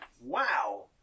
Wow